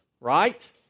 right